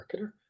marketer